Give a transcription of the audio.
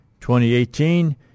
2018